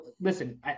listen